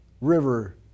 river